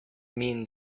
mean